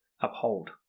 uphold